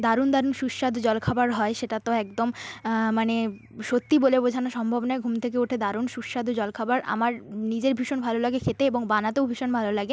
দারুণ দারুণ সুস্বাদু জলখাবার হয় সেটা তো একদম মানে সত্যিই বলে বোঝানো সম্ভব নয় ঘুম থেকে উঠে দারুণ সুস্বাদু জলখাবার আমার নিজের ভীষণ ভালো লাগে খেতে এবং বানাতেও ভীষণ ভালো লাগে